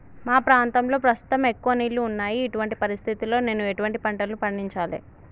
మా ప్రాంతంలో ప్రస్తుతం ఎక్కువ నీళ్లు ఉన్నాయి, ఇటువంటి పరిస్థితిలో నేను ఎటువంటి పంటలను పండించాలే?